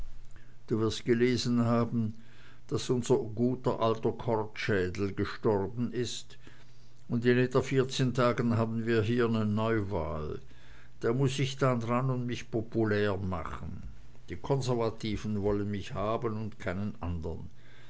du wirst gelesen haben daß unser guter alter kortschädel gestorben ist und in etwa vierzehn tagen haben wir hier ne neuwahl da muß ich dann ran und mich populär machen die konservativen wollen mich haben und keinen andern